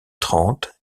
trente